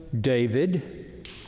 David